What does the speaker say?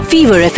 Fever